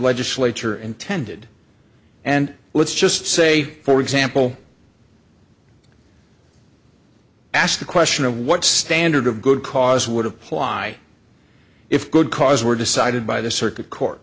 legislature intended and let's just say for example ask the question of what standard of good cause would apply if good cause were decided by the circuit court